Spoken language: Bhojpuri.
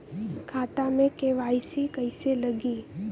खाता में के.वाइ.सी कइसे लगी?